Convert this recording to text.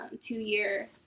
two-year